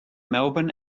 melbourne